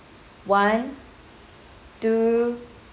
one two